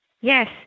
Yes